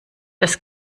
das